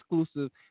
exclusive